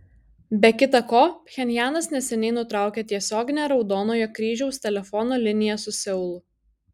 be kita ko pchenjanas neseniai nutraukė tiesioginę raudonojo kryžiaus telefono liniją su seulu